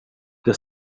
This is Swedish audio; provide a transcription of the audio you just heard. det